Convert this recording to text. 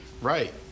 right